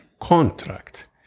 contract